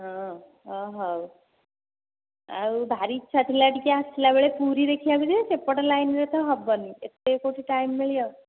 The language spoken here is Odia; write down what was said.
ହଁ ଓ ହଉ ଆଉ ଭାରି ଈଚ୍ଛା ଥିଲା ଟିକିଏ ଆସିଲାବେଳେ ପୁରୀ ଦେଖିବାକୁ ଯେ ସେପଟ ଲାଇନରେ ତ ହେବନି ଏତେ କେଉଁଠି ଟାଇମ୍ ମିଳିବ